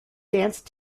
dance